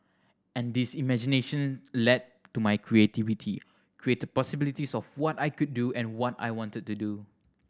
and this imagination led to my creativity created possibilities of what I could do and what I wanted to do